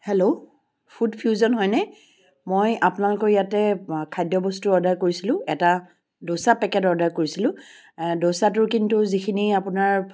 hello Food Fusion হয়নে মই আপোনালোকৰ ইয়াতে খাদ্য বস্তুৰ অৰ্ডাৰ কৰিছিলোঁ এটা দোচা পেকেট অৰ্ডাৰ কৰিছিলোঁ দোচাটোৰ কিন্তু যিখিনি আপোনাৰ